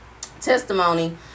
testimony